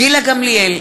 גילה גמליאל,